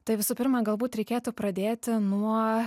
tai visų pirma galbūt reikėtų pradėti nuo